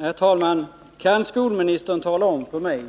Herr talman! Kan skolministern tala om för mig